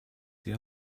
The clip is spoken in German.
sie